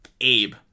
Abe